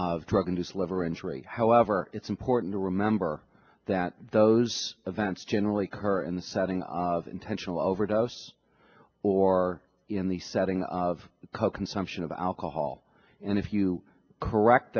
of drug induced liver injury however it's important to remember that those events generally kerr in the setting of intentional overdose or in the setting of the consumption of alcohol and if you correct